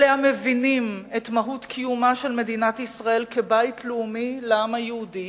אלה המבינים את מהות קיומה של מדינת ישראל כבית לאומי לעם היהודי,